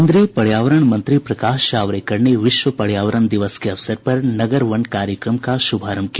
केन्द्रीय पर्यावरण मंत्री प्रकाश जावड़ेकर ने विश्व पर्यावरण दिवस के अवसर पर नगर वन कार्यक्रम का शुभारंभ किया